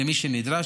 למי שנדרש,